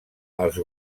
els